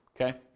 Okay